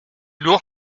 lourd